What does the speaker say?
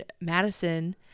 madison